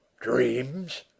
Dreams